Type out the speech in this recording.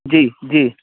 जी जी